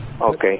Okay